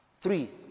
Three